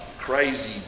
crazy